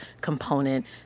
component